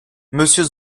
monsieur